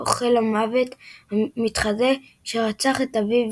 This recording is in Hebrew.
אוכל מוות מתחזה שרצח את אביו,